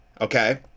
Okay